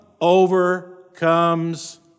overcomes